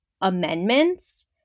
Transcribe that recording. amendments